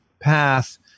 path